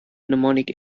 mnemonic